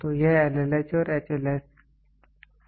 तो यह LLH और HLS सही है